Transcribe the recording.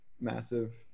massive